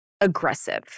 aggressive